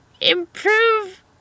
improve